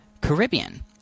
Caribbean